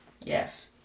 Yes